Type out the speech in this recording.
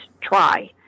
try